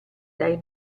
dai